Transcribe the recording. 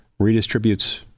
redistributes